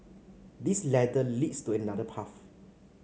this ladder leads to another path